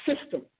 system